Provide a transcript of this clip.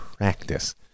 Practice